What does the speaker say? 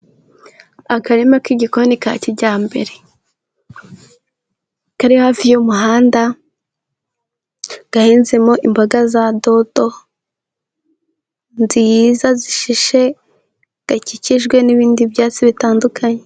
Akarima k'igikoni ka kijyambere kari hafi y'umuhanda, gahinzemo imboga za dodo nziza zishishe gakikijwe n'ibindi byatsi bitandukanye.